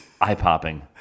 Eye-popping